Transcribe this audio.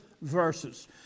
verses